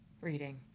Reading